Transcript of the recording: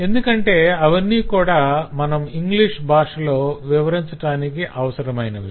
ఎందుకంటే అవన్నీ కూడా మనం ఇంగ్లీష్ భాషాలో వివరించటానికి అవసరమైనవి